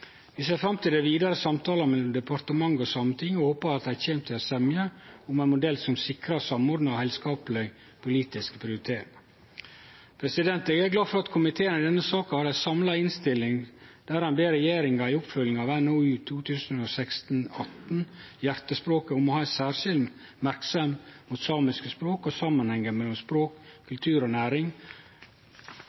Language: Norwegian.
Vi ser fram til dei vidare samtalane mellom departementet og Sametinget, og håper at dei kjem til semje om ein modell som sikrar samordna og heilskaplege politiske prioriteringar. Eg er glad for at komiteen i denne saka har ei samla innstilling der ein ber regjeringa i oppfølginga av NOU 2016:18, Hjertespråket, om å ha ei særleg merksemd mot sørsamisk språk og samanhengane mellom språk, kultur og næring.